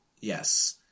yes